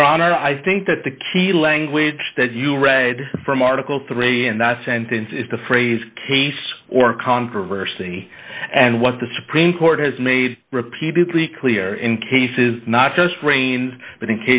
your honor i think that the key language that you read from article three and sentence is the phrase case or controversy and what the supreme court has made repeatedly clear in cases not just brains but in